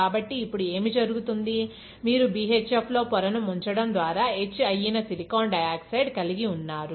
కాబట్టి ఇప్పుడు ఏమి జరుగుతుంది మీరు BHF లో పొరను ముంచడం ద్వారా ఎచ్ అయ్యిన సిలికాన్ డయాక్సైడ్ కలిగి ఉన్నారు